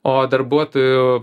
o darbuotojų